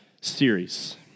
series